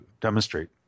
demonstrate